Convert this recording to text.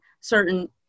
certain